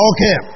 Okay